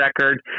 record